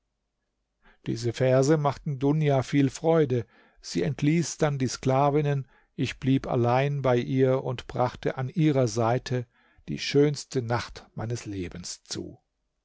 diese verse machten dunja viele freude sie entließ dann die sklavinnen ich blieb allein bei ihr und brachte an ihrer seite die schönste nacht meines lebens zu